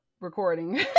recording